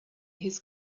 his